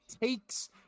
takes